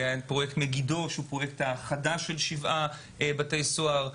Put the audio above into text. פרויקט מגידו שהוא פרויקט חדש של שבעה בתי סוהר.